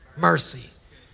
mercy